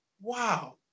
wow